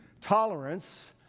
Tolerance